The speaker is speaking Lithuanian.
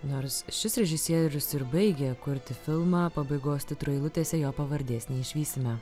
nors šis režisierius ir baigė kurti filmą pabaigos titrų eilutėse jo pavardės neišvysime